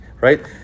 right